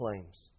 claims